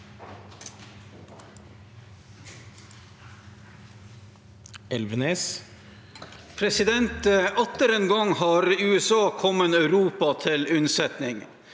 Atter en gang har USA kommet Europa til unnsetning.